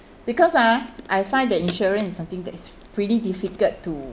because ah I find the insurance is something that is pretty difficult to